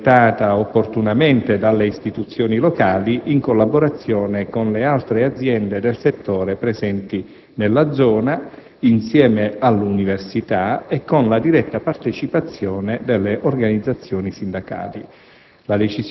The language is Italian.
presentato opportunamente dalle istituzioni locali in collaborazione con le altre aziende del settore presenti nella zona, insieme all'università e con la diretta partecipazione delle organizzazioni sindacali.